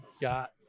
got